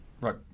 Right